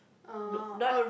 no not